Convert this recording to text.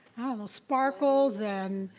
i don't know, sparkles and,